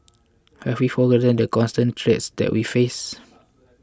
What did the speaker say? have we forgotten the constant threats that we face